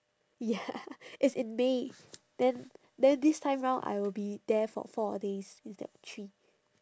ya it's in may then then this time round I will be there for four days instead of three